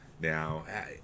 now